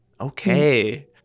Okay